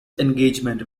engagement